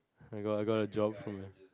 oh my god I got a job from here